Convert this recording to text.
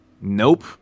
nope